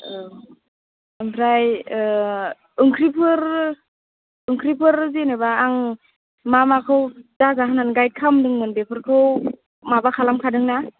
औ ओमफ्राय ओंख्रिफोर ओंख्रिफोर जेनेबा आं मा माखौ दाजा होननानै गाइड खालामदोंमोन बेफोरखौ माबा खालामखादों ना